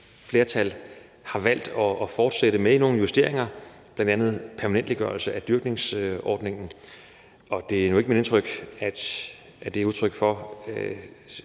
flertal har valgt at fortsætte med nogle justeringer, bl.a. en permanentgørelse af dyrkningsordningen, og det er nu ikke mit indtryk, at det er udtryk for